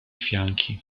fianchi